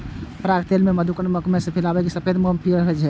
पराग तेल कें मधुकोशक मोम मे मिलाबै सं सफेद मोम पीयर भए जाइ छै